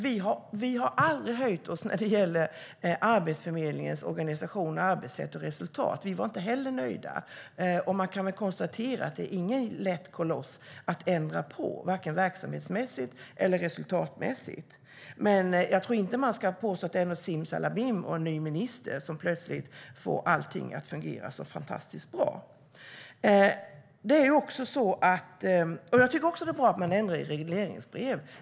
Vi har aldrig höjt oss när det gäller Arbetsförmedlingens organisation, arbetssätt och resultat. Vi var inte heller nöjda. Man kan väl konstatera att det inte är någon lätt koloss att ändra på, varken verksamhetsmässigt eller resultatmässigt. Men jag tror inte att man ska påstå att det är simsalabim och en ny minister som plötsligt får allting att fungera fantastiskt bra. Jag tycker att det är bra att man ändrar i regleringsbrev.